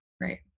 Right